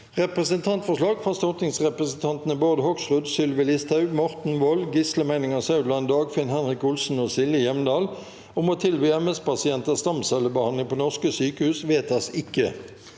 Representantforslag fra stortingsrepresentantene Bård Hoksrud, Sylvi Listhaug, Morten Wold, Gisle Meininger Saudland, Dagfinn Henrik Olsen og Silje Hjemdal om å tilby MS-pasienter stamcellebehandling på norske sykehus – vedtas ikke.